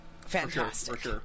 fantastic